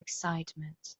excitement